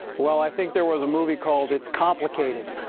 well, i think there was a movie called it's complicated,